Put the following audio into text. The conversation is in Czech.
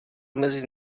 mezi